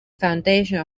foundation